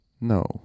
No